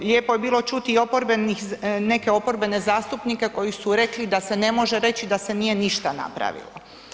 Lijepo je bilo čuti i oporbenih, neke oporbene zastupnike koji su rekli da se ne može reći da se nije ništa napravilo.